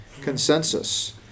consensus